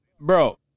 bro